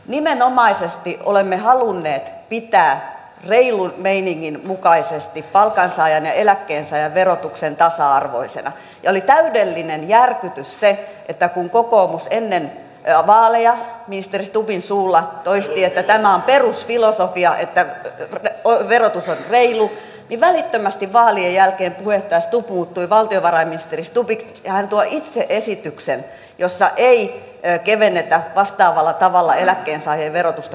nimenomaisesti olemme halunneet pitää reilun meiningin mukaisesti palkansaajan ja eläkkeensaajan verotuksen tasa arvoisena ja oli täydellinen järkytys se että kun kokoomus ennen vaaleja ministeri stubbin suulla toisti että tämä on perusfilosofia että verotus on reilu niin välittömästi vaalien jälkeen puheenjohtaja stubb muuttui valtiovarainministeri stubbiksi ja hän tuo itse esityksen jossa ei kevennetä vastaavalla tavalla eläkkeensaajien verotusta kuin palkansaajien